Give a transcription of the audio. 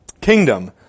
kingdom